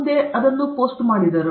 ಮುಂದೆ ಅದನ್ನು ಪೋಸ್ಟ್ ಮಾಡಿ